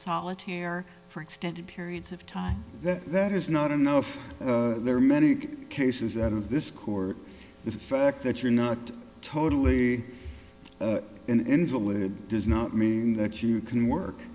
solitaire for extended periods of time that that is not enough there are many cases out of this court the fact that you're not totally an invalid does not mean that you can work